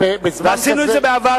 ועשינו את זה בעבר,